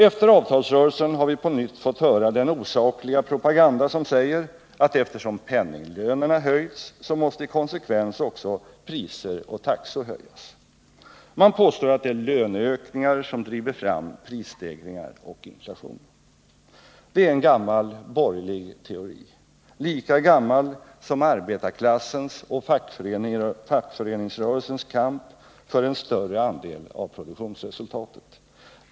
Efter avtalsrörelsen har vi på nytt fått höra den osakliga propaganda som säger att eftersom penninglönerna höjts så måste i konsekvens härmed också priser och taxor höjas. Man påstår att det är löneökningar som driver fram prisstegringar och inflation. Det är en gammal borgerlig teori, lika gammal som arbetarklassens och fackföreningsrörelsens kamp för en större andel av produktionsresultatet.